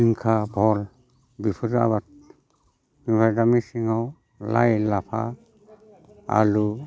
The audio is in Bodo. जिंखा भल बेफोर आबाद जोंहा गामि सिङाव लाइ लाफा आलु